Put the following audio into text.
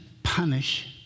punish